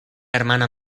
hermana